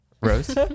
Rose